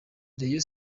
rayon